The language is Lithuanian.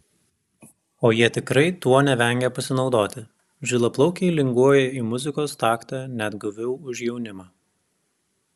o jie tikrai tuo nevengia pasinaudoti žilaplaukiai linguoja į muzikos taktą net guviau už jaunimą